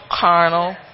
carnal